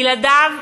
בלעדיו,